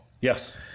Yes